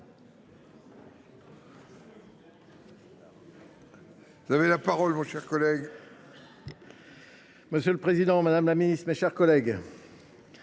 Monsieur le président, madame la ministre, mes chers collègues,